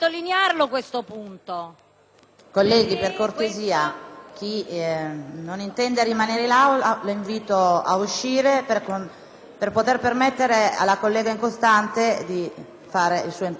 Colleghi, per cortesia, invito chi non intende rimanere in Aula a uscire per poter permettere alla collega Incostante di fare il suo intervento.